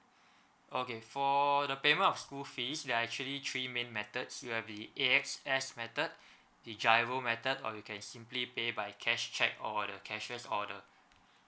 okay for the payment of school fees there are actually three main methods you have the A_X_S method the G_I_R_O method or you can simply pay by cash cheque or the cashier's order